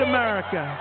America